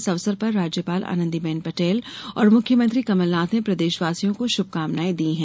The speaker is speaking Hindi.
इस अवसर पर राज्यपाल आनंदीबेन पटेल और मुख्यमंत्री कमलनाथ ने प्रदेशवासियों को श्भकामनायें दी है